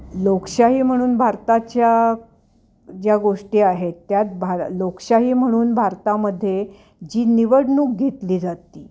लोकशाही म्हणून भारताच्या ज्या गोष्टी आहेत त्यात भार लोकशाही म्हणून भारतामध्ये जी निवडणूक घेतली जाते